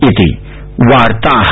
इति वार्ताः